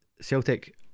Celtic